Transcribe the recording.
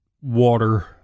water